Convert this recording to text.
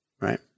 Right